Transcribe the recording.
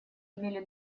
имели